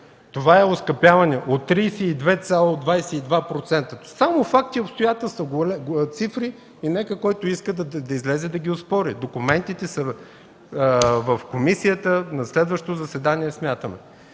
Това е оскъпяване от 32,22%! Само факти, обстоятелства, цифри! И нека, който иска – да излезе и да ги оспори! Документите са в комисията на следващото заседание, смятаме.